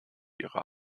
ihre